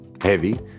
heavy